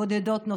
בודדות נוספו.